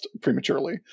prematurely